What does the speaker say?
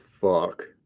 fuck